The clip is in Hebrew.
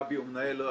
אבי הוא המנכ"ל,